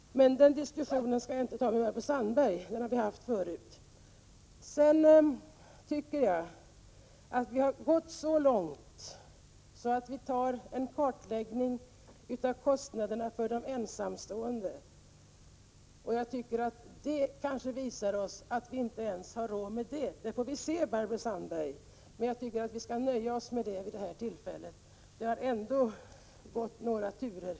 Men den diskussionen skall jag inte ta upp här, den har vi haft förut. Jag tycker att vi har gått så långt, som vi kan i och med att vi begär en kartläggning av kostnaderna för de ensamstående. Kanske det visar sig att vi inte ens har råd med detta, det får vi se. Jag tycker vi skall nöja oss med detta nu. Det har ändå gått några turer, innan vi varit med på det förslaget. Prot.